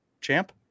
Champ